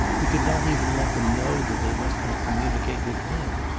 he could not even let them know that they must not communicate with him.